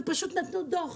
ופשוט נתנו דוח.